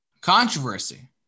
controversy